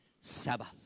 Sabbath